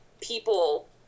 people